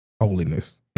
holiness